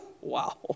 Wow